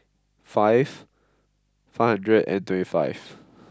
five five hundred and twenty five